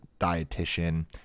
dietitian